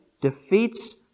defeats